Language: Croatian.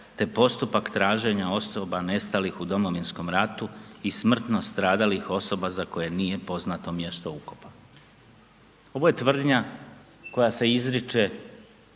te postupak traženja osoba nestalih u Domovinskom ratu i smrtno stradalih osoba za koje nije poznato mjesto ukopa. Ovo je tvrdnja koja se izriče